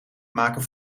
maken